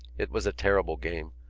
it was a terrible game.